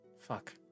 fuck